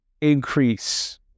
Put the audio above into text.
increase